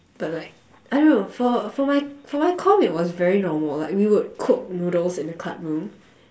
but like I don't know for for my for my comm it was very normal like we would cook noodles in the club room